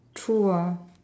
true ah